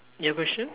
your question